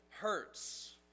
hurts